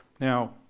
Now